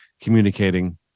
communicating